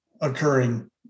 occurring